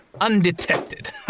Undetected